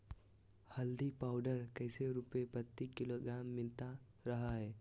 हल्दी पाउडर कैसे रुपए प्रति किलोग्राम मिलता रहा है?